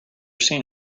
seen